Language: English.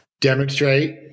demonstrate